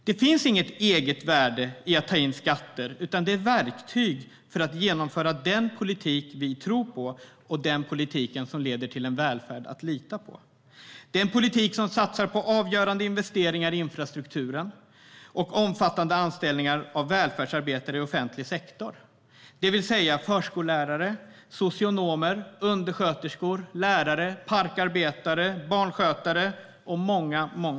Det finns inget eget värde i att ta in skatter, utan det är ett verktyg för att genomföra den politik som vi tror på och den politik som leder till en välfärd att lita på. Det är en politik som satsar på avgörande investeringar i infrastrukturen och omfattande anställningar av välfärdsarbetare i offentlig sektor, det vill säga förskollärare, socionomer, undersköterskor, lärare, parkarbetare, barnskötare och många fler.